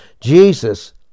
Jesus